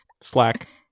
Slack